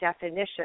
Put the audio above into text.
definition